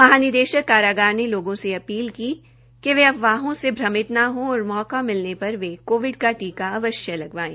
महानिदशक कारागार ने लोगों से अपील की कि वे वे अफवाहों ने भ्रमित न हो और मौका मिलने पर वे कोविड का टीका अवश्य लगवाये